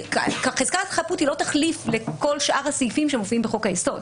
חזקת חפות היא לא תחליף לכל שאר הסעיפים שמופיעים בחוק היסוד.